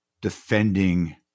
defending